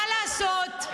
מה לעשות?